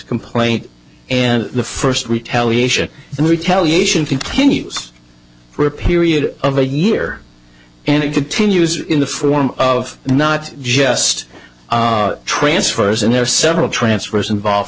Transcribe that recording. complaint and the first retaliation and retaliation continues for a period of a year and it continues in the form of not just transfers and there are several transfers involved